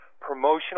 promotional